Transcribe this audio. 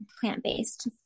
plant-based